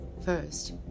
First